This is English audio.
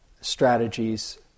strategies